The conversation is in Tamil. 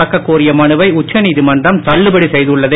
தொடக்க கோரிய மனுவை உச்சநீதிமன்றம் தள்ளுபடி செய்துள்ளது